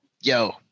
yo